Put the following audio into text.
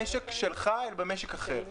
על גידול מכסות חדשות לא במשק שלך אלא במשק אחר?